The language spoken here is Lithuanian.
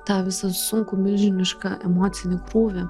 tą visą sunkų milžinišką emocinį krūvį